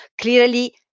clearly